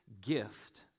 gift